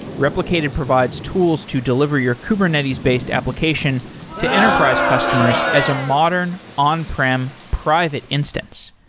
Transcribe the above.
replicated provides tools to deliver your kubernetes-based application to enterprise customers as a modern on prem private instance.